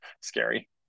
scary